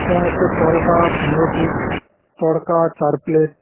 যা হচ্ছে পরোটা পনেরো পিস তড়কা চার প্লেট